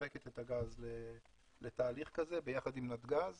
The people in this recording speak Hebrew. שמספקת את הגז לתהליך כזה ביחד עם נתג"ז